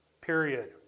Period